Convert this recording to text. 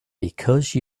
because